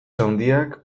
handiak